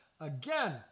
again